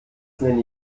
nenne